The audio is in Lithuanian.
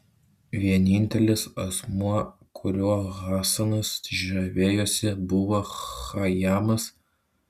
vienintelis asmuo kuriuo hasanas žavėjosi buvo chajamas